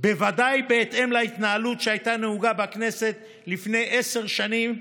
בוודאי בהתאם להתנהלות שהייתה נהוגה בכנסת לפני עשר שנים,